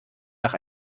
nach